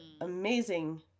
amazing